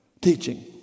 Teaching